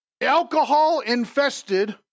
alcohol-infested